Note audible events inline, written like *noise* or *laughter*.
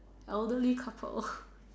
elderly couple *breath*